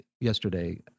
yesterday